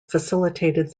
facilitated